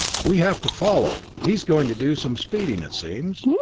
we'll have to follow! he's going to do some speeding, it seems!